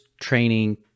Training